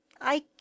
I